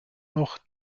noch